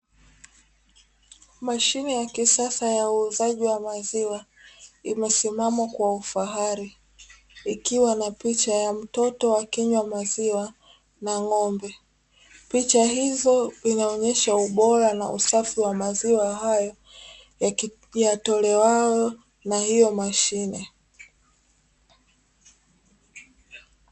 Mashine ya kisasa ya uuzaji wa maziwa imesimama kwa ufahari ikiwa na picha ya mtoto akinywa maziwa na ng'ombe. Picha hizo inaonyesha ubora na usafi wa maziwa hayo yatolewayo na hiyo mashine.